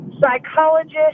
psychologist